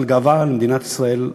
אני חושב שזה רק לגאווה למדינת ישראל.